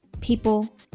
people